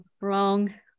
wrong